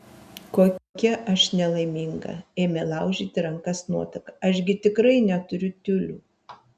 kokia aš nelaiminga ėmė laužyti rankas nuotaka aš gi tikrai neturiu tiulių